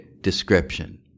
description